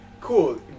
cool